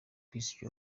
peace